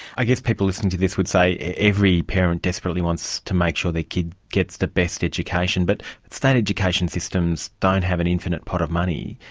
i guess people listening to this would say every parent desperately wants to make sure their kids gets the best education, but state education systems don't have an infinite pot of money,